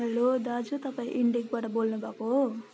hello दाजु तपाईँ इन्डिकबाट बोल्नु भएको हो